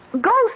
Ghost